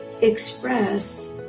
express